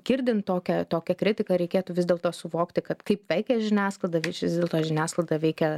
girdint tokią tokią kritiką reikėtų vis dėlto suvokti kad kaip veikia žiniasklaida vis dėlto žiniasklaida veikia